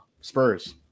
Spurs